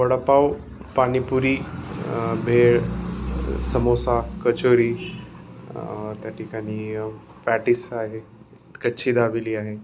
वडापाव पाणीपुरी भेळ समोसा कचोरी त्या ठिकानी पॅटिस आहे कच्छी दाबेली आहे